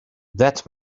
that